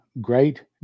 great